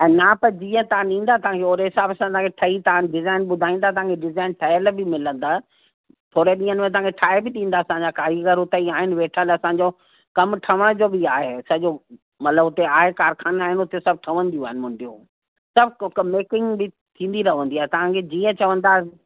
माप जीअं तव्हां ॾींदा तव्हांखे ओड़े हिसाब सां ठाई तव्हां डिजाइन ॿुधाईंदा तव्हांखे डिजाइन ठहियल बि मिलंदा थोरे ॾींहनि में तव्हांखे ठाहे बि ॾींदा असांजा कारीगर हुते ई आहिनि वेठल असांजो कम ठहण जो बि आहे सॼो मतिलब आहे उते कारखानो उते सभु ठहंदियूं आहिनि मुंडियूं सभु मेकिंग बि थींदी रहंदी आहे तव्हांखे जीअं चवंदा